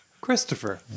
Christopher